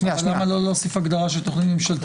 למה לא להוסיף הגדרה של תכנית ממשלתית